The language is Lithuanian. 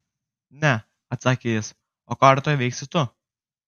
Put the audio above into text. ne atsakė jis o ką rytoj veiksi tu